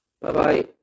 Bye-bye